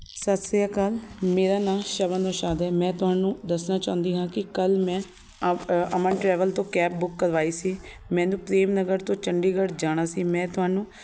ਸਤਿ ਸ੍ਰੀ ਅਕਾਲ ਮੇਰਾ ਨਾਂ ਸ਼ਵਨ ਪ੍ਰਸ਼ਾਦ ਹੈ ਮੈਂ ਤੁਹਾਨੂੰ ਦੱਸਣਾ ਚਾਹੁੰਦੀ ਹਾਂ ਕਿ ਕੱਲ੍ਹ ਮੈਂ ਅ ਅਮਨ ਟਰੈਵਲ ਤੋਂ ਕੈਬ ਬੁੱਕ ਕਰਵਾਈ ਸੀ ਮੈਨੂੰ ਪ੍ਰੇਮ ਨਗਰ ਤੋਂ ਚੰਡੀਗੜ੍ਹ ਜਾਣਾ ਸੀ ਮੈਂ ਤੁਹਾਨੂੰ